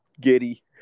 giddy